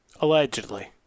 Allegedly